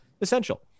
essential